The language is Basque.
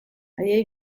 haiei